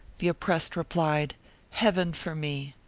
the oppressed replied heaven for me!